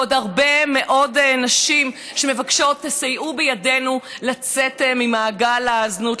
ועוד הרבה מאוד נשים שמבקשות: תסייעו בידינו לצאת ממעגל הזנות,